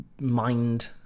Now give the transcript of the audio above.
mind